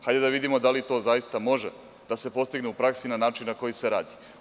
Hajde da vidimo da li to zaista može da se postigne u praksi na način na koji se radi.